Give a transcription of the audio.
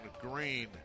Green